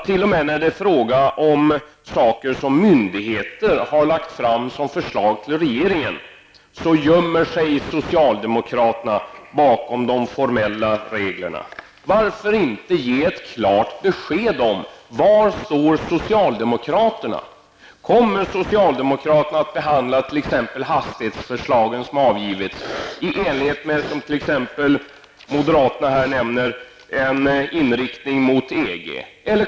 T.o.m. när det gäller frågor som myndigheter har lagt fram förslag om till regeringen gömmer sig socialdemokraterna bakom de formella reglerna. Varför kan man inte ge ett klart besked om var socialdemokraterna står? Kommer socialdemokraterna t.ex. att behandla de förslag om hastigheter som har avgivits i enlighet med, som t.ex. moderaterna här nämner, en inriktning mot EG?